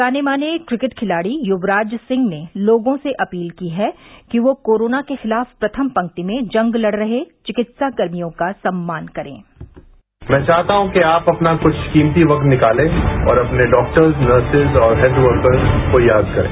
जाने माने क्रिकेट खिलाड़ी युवराज सिंह ने लोगों से अपील की है कि वे कोरोना के खिलाफ प्रथम पंक्ति में जंग लड़ रहे चिकित्सा कर्मियों का सम्मान करें मैं चाहता हूं कि आप अपना कुछ कीमती क्त निकालें और अपने डॉक्टर नर्स और हेल्थ वर्कर को याद करें